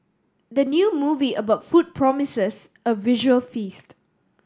the new movie about food promises a visual feast